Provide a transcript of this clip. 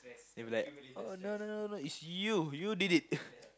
you'll be like oh no no no no is you you did it